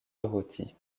dorothy